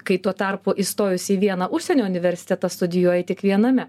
kai tuo tarpu įstojus į vieną užsienio universitetą studijuoji tik viename